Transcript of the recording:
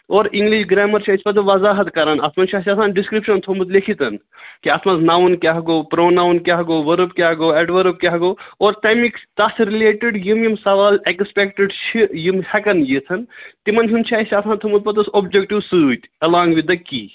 اور English grammar چھِ اَسہِ پَتہٕ وضاحت کَران اَتھ منٛز چھِ اَسہِ آسان ڈِسکِرپشَن تھومُت لیٚکھِتھ کہِ اَتھ منٛز ناوُن کیٛاہ گوٚو پرو ناوُن کیٛاہ گوٚو ؤرٕب کیٛاہ گوٚو اٮ۪ٹؤرٕب کیٚاہ گوٚو اور تَمِکۍ تَتھ رِلیٹِڈ یِم یِم سوال اٮ۪کٕسپٮ۪کٹِڈ چھِ یِم ہٮ۪کَن یِتھَن تِمَن ہُنٛد چھُ اَسہِ آسان تھومُت پوٚتُس اوبجکٹِو سۭتۍ الانٛگ وِد دَ کی